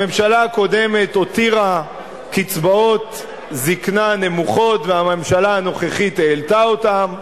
הממשלה הקודמת הותירה קצבאות זיקנה נמוכות והממשלה הנוכחית העלתה אותן,